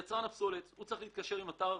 יצרן הפסולת צריך להתקשר עם אתר